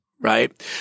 right